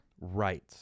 Right